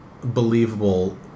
believable